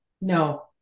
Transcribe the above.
No